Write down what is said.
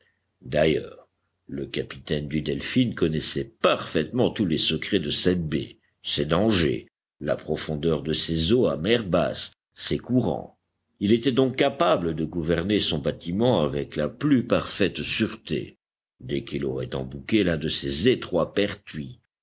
d'ailleurs le capitaine du delphin connaissait parfaitement tous les secrets de cette baie ses dangers la profondeur de ses eaux à mer basse ses courants il était donc capable de gouverner son bâtiment avec la plus parfaire sûreté dès qu'il aurait embouqué l'un de ces étroits pertuis